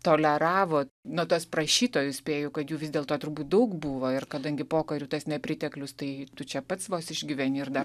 toleravo na tuos prašytojus spėju kad jų vis dėlto turbūt daug buvo ir kadangi pokariu tas nepriteklius tai tu čia pats vos išgyveni ir dar